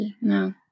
No